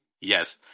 Yes